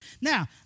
Now